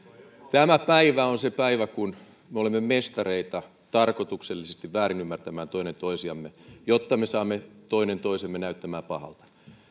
tämä päivä on se päivä kun me olemme mestareita tarkoituksellisesti väärinymmärtämään toinen toisiamme jotta me saamme toinen toisemme näyttämään pahalta